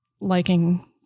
liking